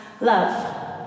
love